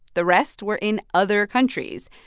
the rest were in other countries.